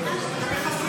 אתה תחזור כדי להצביע.